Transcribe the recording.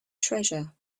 treasure